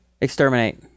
Exterminate